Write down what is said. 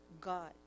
God